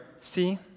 see